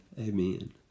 Amen